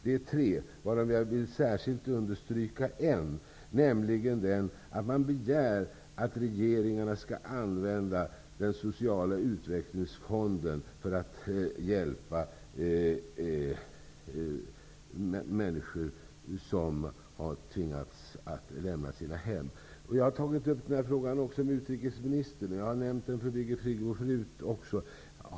Det är tre stycken, och jag vill särskilt understryka en, nämligen den att Europarådet begär att regeringarna skall använda den sociala utvecklingsfonden för att hjälpa människor som har tvingats lämna sina hem. Jag har tagit upp den frågan också med utrikesministern, och jag har även nämnt den i tidigare debatter med Birgit Friggebo.